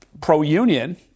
pro-union